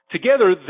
Together